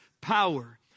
power